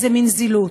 איזה מין זילות,